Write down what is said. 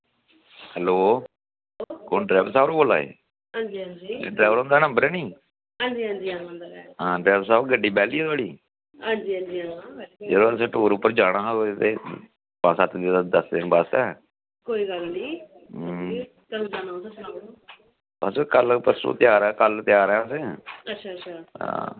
hello कुन driver साहब ओर बोल्ला दे हंजी हंजी एह् ड्राइवर होंदा गै नम्बर है नी हंजी हंंजी हां उंदा गै नम्बर ऐ ड्राइवर साहब गड्डी बेह्ली ऐ थुआढ़ी हंजी हंजी आसें टूर उपर जाना हा कोई पंज सत दिन आस्तै कंदू जाना तुसें सनाई ओड़ो बस कल परसों कल त्यार हा अस अच्छा अच्छा हां